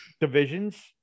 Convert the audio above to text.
divisions